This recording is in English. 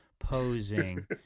posing